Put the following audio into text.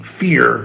fear